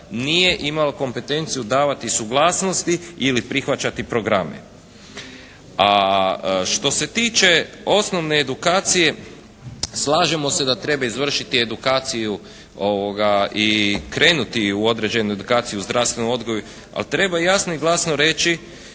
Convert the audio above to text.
nije imao kompetenciju davati suglasnosti ili prihvaćati programe. A što se tiče osnovne edukacije slažemo se da treba izvršiti edukaciju i krenuti u određenu edukaciju u zdravstvenom odgoju, ali treba jasno i glasno reći